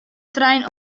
trein